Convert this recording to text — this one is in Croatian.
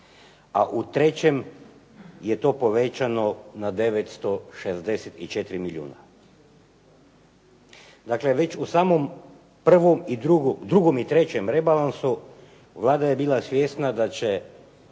a u trećem je to povećano na 964 milijuna. Dakle, već u samom drugom i trećem rebalansu Vlada je bila svjesna da će